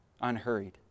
unhurried